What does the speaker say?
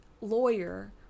lawyer